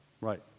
right